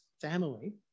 family